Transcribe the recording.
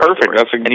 perfect